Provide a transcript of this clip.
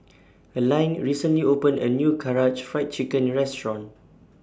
Elaine recently opened A New Karaage Fried Chicken Restaurant